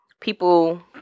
people